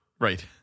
Right